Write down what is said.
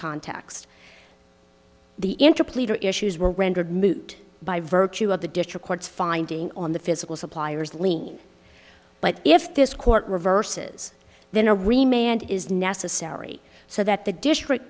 context the into pleader issues were rendered moot by virtue of the district court's finding on the physical suppliers lien but if this court reverses then a remain and is necessary so that the district